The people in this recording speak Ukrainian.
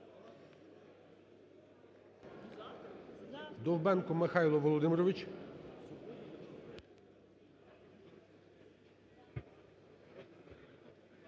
Довбенко Михайло Володимирович.